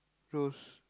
close